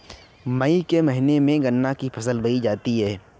मई के महीने में गन्ना की फसल बोई जाती है